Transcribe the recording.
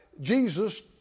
Jesus